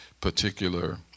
particular